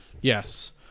Yes